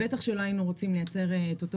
בטח שלא היינו רוצים לייצר את אותו